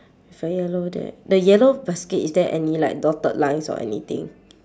if a yellow that the yellow basket is there any like dotted lines or anything